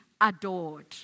adored